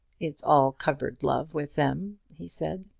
it's all cupboard love with them, he said.